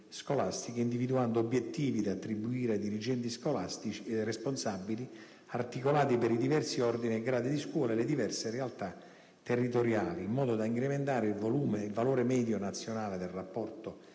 scolastiche individuando obiettivi da attribuire ai dirigenti responsabili, articolati per i diversi ordini e gradi di scuola e le diverse realtà territoriali in modo da incrementare il volume e il valore medio nazionale del rapporto